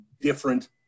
different